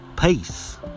Peace